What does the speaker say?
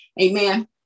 Amen